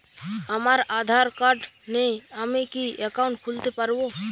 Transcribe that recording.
আমার আধার কার্ড নেই আমি কি একাউন্ট খুলতে পারব?